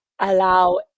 allow